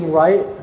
right